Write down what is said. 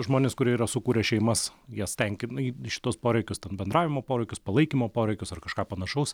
žmonės kurie yra sukūrę šeimas jas tenkina šituos poreikius ten bendravimo poreikius palaikymo poreikius ar kažką panašaus